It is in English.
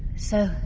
so